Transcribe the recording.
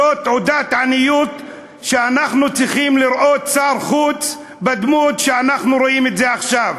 זאת תעודת עניות שאנחנו צריכים לראות שר חוץ בדמות שאנחנו רואים עכשיו.